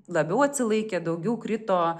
labiau atsilaikė daugiau krito